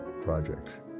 project